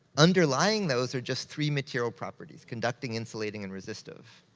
underlying those are just three material properties, conducting, insulating, and resistive.